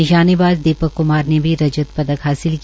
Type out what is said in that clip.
निशाने बाज़ दीपक क्मार ने भी रजत पदक हासिल किया